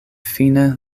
fine